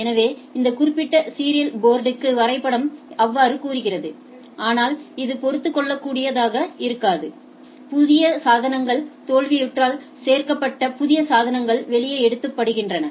எனவே இந்த குறிப்பிட்ட சீரியல் போர்ட்டுக்கு வரைபடம் அவ்வாறு கூறுகிறது ஆனால் இது பொருந்தக்கூடியதாக இருக்காது புதிய சாதனங்கள் தோல்வியுற்றால் சேர்க்கப்பட்ட புதிய சாதனங்கள் வெளியே எடுக்கப்படுகின்றன